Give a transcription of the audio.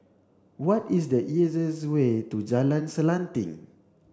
what is the easiest way to Jalan Selanting